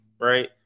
Right